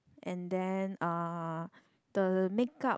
and then uh the makeup